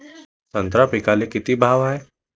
संत्रा पिकाले किती भाव हाये?